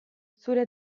zure